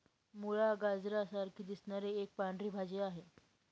मुळा, गाजरा सारखी दिसणारी एक पांढरी भाजी आहे